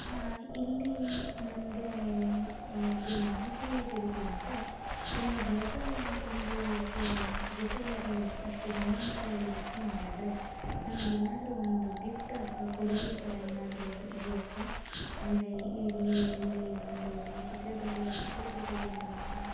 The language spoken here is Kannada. ಇಲ್ಲಿ ನಮಗೆ ಒಬ್ಬರು ಮಾಹಿತಿ ತಿಳಿಸಿದಂತೆ ಇಲ್ಲಿ ಬೇಗ ಒಂದು ಹೋಟೆಲ್ಲಿಗೆ ಇಷ್ಟು ಜನ ಅಂಥೇಳಿ ಬುಕ್ ಮಾಡಿದರೆ ನಮಗೇನಾದರೂ ಒಂದು ಗಿಫ್ಟ್ ಅಥವಾ ಕೊಡುಗೆ ಥರ ಏನಾದರೂ ಇದೆಯಾ ಸರ್ ಅಂದರೆ ಇಲ್ಲಿ ಇಲ್ಲಿ ಒಂದು ಈ ಚಿತ್ರದುರ್ಗದಲ್ಲಿ ಚಿತ್ರದುರ್ಗದಲ್ಲಿರುವಂತಹ